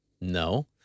No